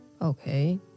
okay